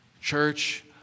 church